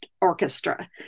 orchestra